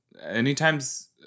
anytime's